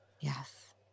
Yes